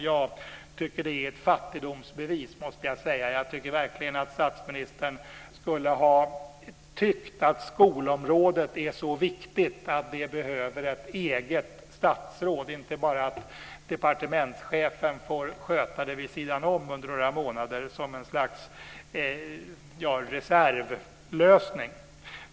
Jag tycker att det är ett fattigdomsbevis, måste jag säga. Jag tycker verkligen att statsministern skulle ha tyckt att skolområdet är så viktigt att det behöver ett eget statsråd, inte bara att departementschefen får sköta det vid sidan om under några månader som en slags reservlösning.